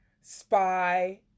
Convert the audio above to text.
spy